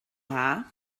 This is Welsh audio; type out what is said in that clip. dda